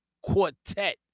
quartet